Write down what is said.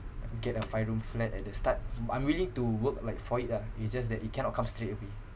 get a five room flat at the start m~ I'm willing to work like for it ah it's just that it cannot come straight away